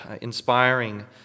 inspiring